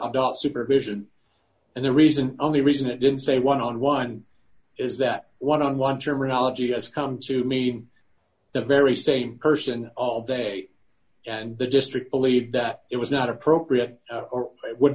adult supervision and the reason only reason it didn't say one on one is that one on one terminology has come to mean the very same person all day and the district believed that it was not appropriate or w